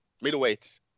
Middleweight